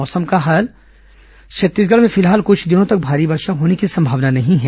मौसम छत्तीसगढ़ में फिलहाल कुछ दिनों तक भारी वर्षा होने की संभावना नहीं है